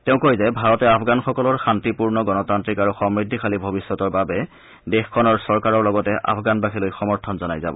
তেওঁ কয় যে ভাৰতে আফগানসকলৰ শান্তিপূৰ্ণ গণতান্থিক আৰু সমৃদ্ধিশালী ভৱিয়্যতৰ বাবে দেশখনৰ চৰকাৰৰ লগতে আফগানবাসীলৈ সমৰ্থন জনাই যাব